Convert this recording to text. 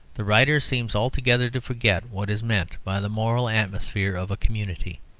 the writer seems altogether to forget what is meant by the moral atmosphere of a community.